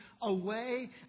away